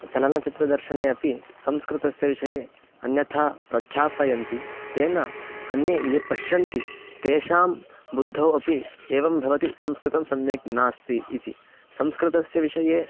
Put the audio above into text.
चलनचित्रदर्शने अपि संस्कृतस्य विषये अन्यथा प्रख्यापयन्ति तेन अन्ये ये पश्यन्ति तेषां बुद्धौ अपि एवं भवति संस्कृतं सम्यक् नास्ति इति संस्कृतस्य विषये